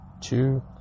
two